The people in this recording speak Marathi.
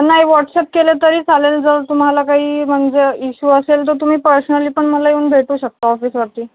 नाही व्हाट्सॲप केलं तरी चालेल जर तुम्हाला काही म्हणजे इशू असेल तर तुम्ही पर्सनली पण मला येऊन भेटू शकता ऑफिसवरती